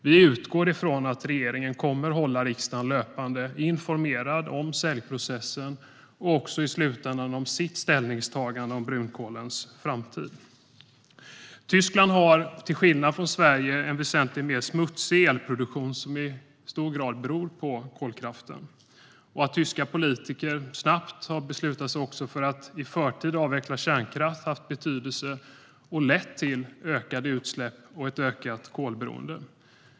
Vi utgår från att regeringen löpande kommer att hålla riksdagen informerad om säljprocessen och i slutändan om sitt ställningstagande i fråga om brunkolets framtid. Tyskland har en väsentligt smutsigare elproduktion än Sverige, vilket i hög grad beror på kolkraften. Att tyska politiker snabbt har beslutat sig för att i förtid avveckla kärnkraft har haft betydelse och lett till ökade utsläpp och ökat kolberoende.